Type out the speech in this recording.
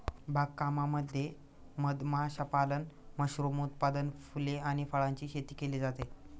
बाग कामामध्ये मध माशापालन, मशरूम उत्पादन, फुले आणि फळांची शेती केली जाते